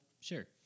Sure